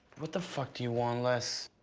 what the fuck do you want, les?